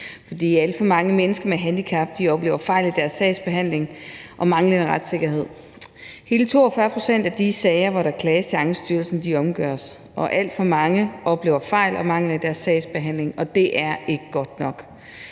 for alt for mange mennesker med handicap oplever fejl i deres sagsbehandling og manglende retssikkerhed. Hele 42 pct. af de sager, hvor der klages til Ankestyrelsen, omgøres, og alt for mange oplever fejl og mangler i deres sagsbehandling, og det er ikke godt nok.